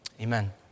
amen